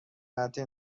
قطع